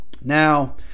now